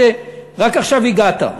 שרק עכשיו הגעת.